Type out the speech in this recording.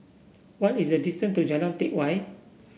what is the distance to Jalan Teck Whye